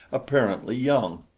apparently young.